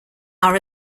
are